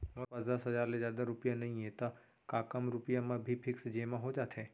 मोर पास दस हजार ले जादा रुपिया नइहे त का कम रुपिया म भी फिक्स जेमा हो जाथे?